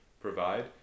provide